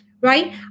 Right